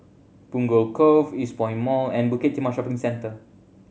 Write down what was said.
Punggol Cove Eastpoint Mall and Bukit Timah Shopping Centre